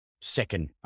second